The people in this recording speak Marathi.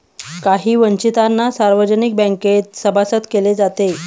काही वंचितांना सार्वजनिक बँकेत सभासद केले जाते